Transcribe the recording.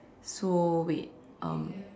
so wait um